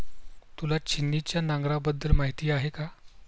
तुला छिन्नीच्या नांगराबद्दल माहिती आहे का?